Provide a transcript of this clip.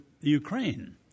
Ukraine